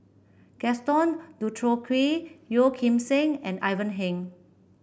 Gaston Dutronquoy Yeo Kim Seng and Ivan Heng